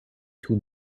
tun